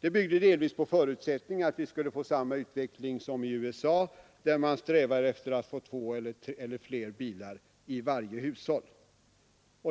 Detta byggde delvis på förutsättningen att vi skulle få samma utveckling som i USA, där man strävar efter att få 2 eller flera bilar i varje hushåll.